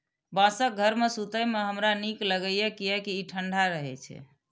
बांसक घर मे सुतै मे हमरा नीक लागैए, कियैकि ई ठंढा रहै छै